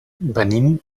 venim